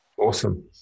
Awesome